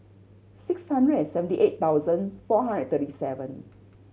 six hundred and seventy eight thousand four hundred thirty seven